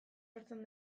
sortzen